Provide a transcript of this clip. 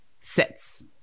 sits